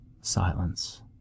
silence